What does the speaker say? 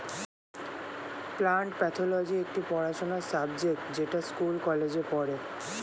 plant pathology একটি পড়াশোনার subject যেটা স্কুল কলেজে পড়ে